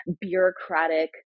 bureaucratic